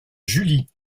julie